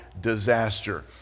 disaster